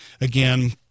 again